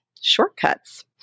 Shortcuts